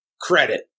credit